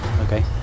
Okay